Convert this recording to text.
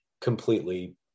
completely